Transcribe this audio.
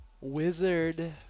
Wizard